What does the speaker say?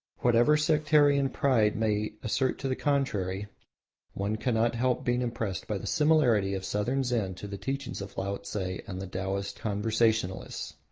whatever sectarian pride may assert to the contrary one cannot help being impressed by the similarity of southern zen to the teachings of laotse and the taoist conversationalists.